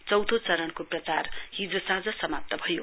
चौथो चरणको प्रचार हिजो साँझ समाप्त भयो